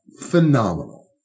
phenomenal